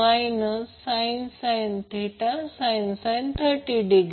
8 KVA apparent power